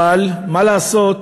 אבל מה לעשות,